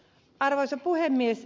arvoisa puhemies